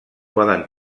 poden